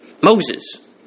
Moses